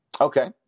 Okay